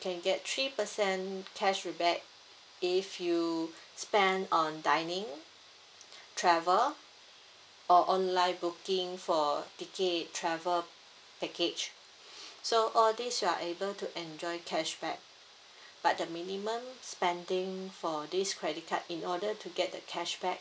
can get three percent cashback if you spend on dining travel or online booking for ticket travel package so all these you are able to enjoy cashback but the minimum spending for this credit card in order to get the cashback